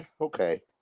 okay